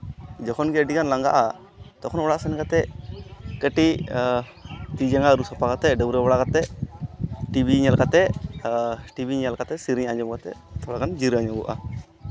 ᱡᱚᱠᱷᱚᱱ ᱜᱮ ᱟᱹᱰᱤᱜᱟᱱ ᱞᱟᱸᱜᱟᱜᱼᱟ ᱛᱚᱠᱷᱚᱱ ᱚᱲᱟᱜ ᱥᱮᱱ ᱠᱟᱛᱮ ᱠᱟᱹᱴᱤᱡ ᱛᱤ ᱡᱟᱸᱜᱟ ᱟᱹᱨᱩᱵ ᱥᱟᱯᱷᱟ ᱠᱟᱛᱮ ᱰᱟᱹᱵᱽᱨᱟᱹ ᱵᱟᱲᱟ ᱠᱟᱛᱮ ᱴᱤᱵᱷᱤ ᱧᱮᱞ ᱠᱟᱛᱮ ᱴᱤᱵᱷᱤ ᱧᱮᱞ ᱠᱟᱛᱮ ᱥᱮᱨᱮᱧ ᱟᱸᱡᱚᱢ ᱠᱟᱛᱮ ᱛᱷᱚᱲᱟᱜᱟᱱ ᱡᱤᱨᱟᱹᱜ ᱧᱚᱜᱚᱜᱼᱟ